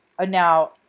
now